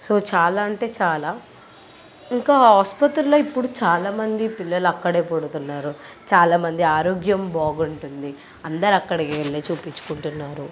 so చాలా అంటే చాలా ఇంకా ఆసుపత్రిలో ఇప్పుడు చాలా మంది పిల్లలు అక్కడే పుడుతున్నారు చాలా మంది ఆరోగ్యం బాగుంటుంది అందరు అక్కడికి వెళ్ళే చూపించుకుంటున్నారు